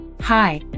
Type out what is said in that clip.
Hi